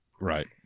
right